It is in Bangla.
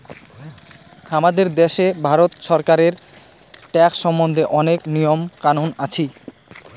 হামাদের দ্যাশে ভারত ছরকারের ট্যাক্স সম্বন্ধে অনেক নিয়ম কানুন আছি